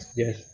yes